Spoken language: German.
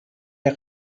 der